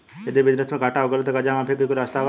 यदि बिजनेस मे घाटा हो गएल त कर्जा माफी के कोई रास्ता बा?